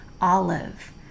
olive